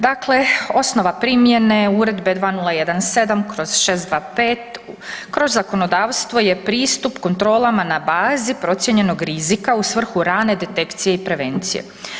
Dakle, osnova primjene Uredbe 2017/625, kroz zakonodavstvo je pristup kontrolama na bazi procijenjenog rizika u svrhu rane detekcije i prevencije.